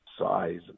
size